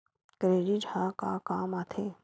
Credit ह का काम आथे?